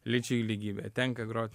lyčių lygybė tenka grot